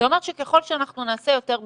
זה אומר שככל שאנחנו נעשה יותר בדיקות,